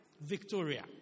Victoria